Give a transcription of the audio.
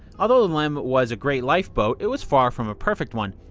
although the lem was a great lifeboat, it was far from a perfect one.